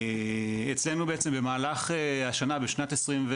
אצלנו בעצם במהלך בשנת 22,